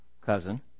cousin